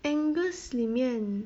angus 里面